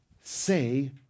say